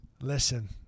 Listen